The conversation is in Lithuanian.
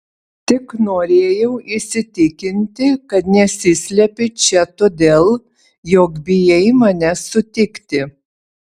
tik norėjau įsitikinti kad nesislepi čia todėl jog bijai mane sutikti